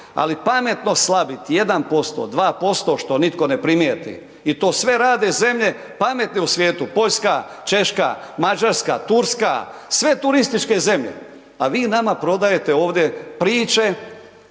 ali pametno slabiti 1%, 2% što nitko ne primijeti i to sve rade zemlje pametne u svijetu Poljska, Češka, Mađarska, Turska, sve turističke zemlje. A vi nama prodajete ovdje priče,